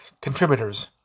contributors